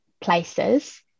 places